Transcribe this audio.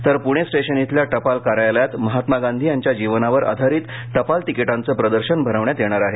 तर पृणे स्टेशन खिल्या टपाल कार्यालयात महात्मा गांधी यांच्या जीवनावर आधारित टपाल तिकिटांचे प्रदर्शन भरविण्यात येणार आहे